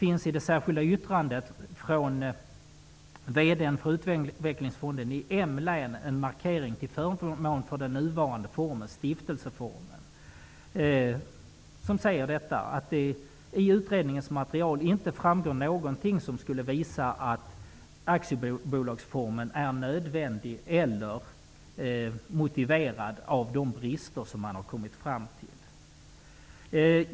I ett yttrande från vd för Utvecklingsfonden i Malmöhus län finns en markering till förmån för den nuvarande formen, stiftelseformen. Där sägs att det i utredningens material inte framkommer någonting som skulle visa att aktiebolagsformen är nödvändig eller motiverad av de brister som man har kommit fram till.